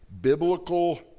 biblical